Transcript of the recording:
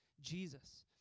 Jesus